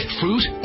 fruit